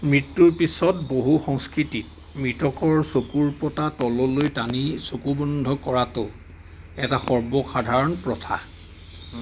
মৃত্যুৰ পিছত বহু সংস্কৃতিত মৃতকৰ চকুৰ পতা তললৈ টানি চকু বন্ধ কৰাটো এটা সৰ্বসাধাৰণ প্ৰথা